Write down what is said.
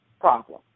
problem